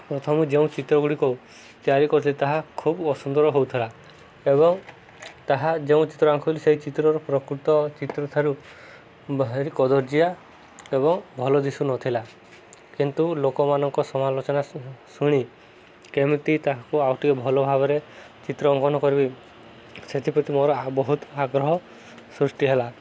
ପ୍ରଥମେ ଯେଉଁ ଚିତ୍ର ଗୁଡ଼ିକୁ ତିଆରି କରୁଥିଲି ତାହା ଖୁବ ଅସୁନ୍ଦର ହଉଥିଲା ଏବଂ ତାହା ଯେଉଁ ଚିତ୍ର ଆଙ୍କୁଥିଲି ସେଇ ଚିତ୍ରର ପ୍ରକୃତ ଚିତ୍ର ଠାରୁ ଭାରି କଦର୍ଯ୍ଯା ଏବଂ ଭଲ ଦିଶୁ ନଥିଲା କିନ୍ତୁ ଲୋକମାନଙ୍କ ସମାଲୋଚନା ଶୁଣି କେମିତି ତାହାକୁ ଆଉ ଟିକେ ଭଲ ଭାବରେ ଚିତ୍ର ଅଙ୍କନ କରିବି ସେଥିପ୍ରତି ମୋର ବହୁତ ଆଗ୍ରହ ସୃଷ୍ଟି ହେଲା